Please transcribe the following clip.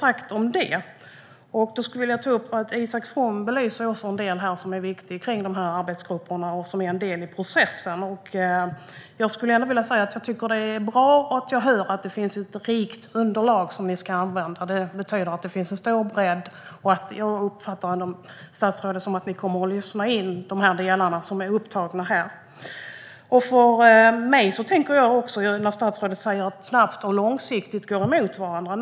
Jag skulle också vilja ta upp att Isak From belyser en viktig aspekt vad gäller de här arbetsgrupperna, som är en del i processen. Jag skulle gärna vilja säga att det är gott att höra att det finns ett rikt underlag som ni ska använda. Det betyder att det finns en stor bredd. Jag uppfattar det statsrådet säger som att ni kommer att lyssna in de delar som är upptagna här. Statsrådet säger att begreppen "snabbt" och "långsiktigt" går emot varandra.